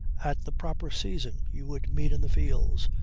at the proper season you would meet in the fields,